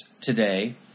today